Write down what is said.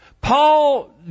Paul